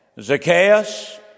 Zacchaeus